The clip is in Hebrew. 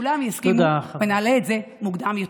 כולם יסכימו ונעלה את זה מוקדם יותר.